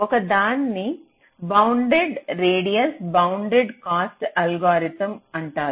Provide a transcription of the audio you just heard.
ఒకదాన్ని bounded radius bounded cost algorithm అంటారు